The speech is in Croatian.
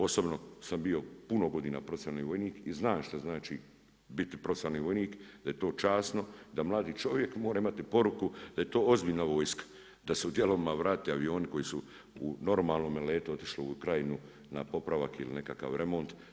Osobno sam bio puno godina profesionalni vojnik i zna što znači biti profesionalni vojnik, da je to časno, da mladi čovjek mora imati poruku da je to ozbiljna vojska, da se i dijelovima vrate avioni koji su u normalnome letu otišli u Ukrajinu na popravak ili nekakav remont.